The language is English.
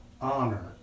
honor